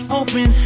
open